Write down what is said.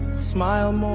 smile.